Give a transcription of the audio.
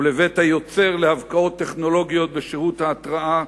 ולבית-היוצר להבקעות טכנולוגיות בשירות ההתרעה,